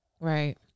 Right